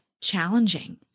challenging